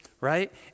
right